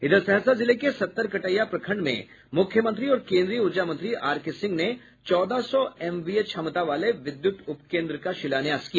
इधर सहरसा जिले के सत्तरकटैया प्रखंड में मुख्यमंत्री और केन्द्रीय ऊर्जा मंत्री आरके सिंह ने चौदह सौ एमभीए क्षमता वाले विद्युत उपकेन्द्र का शिलान्यास किया